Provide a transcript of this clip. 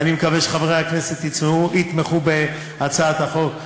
ואני מקווה שחברי הכנסת יתמכו בהצעת החוק.